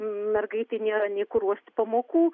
mergaitei nėra nei kur ruošt pamokų